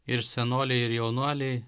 ir senoliai ir jaunuoliai